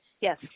Yes